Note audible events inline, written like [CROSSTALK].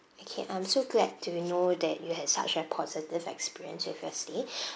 okay I'm so glad to know that you had such a positive experience with your stay [BREATH]